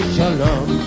Shalom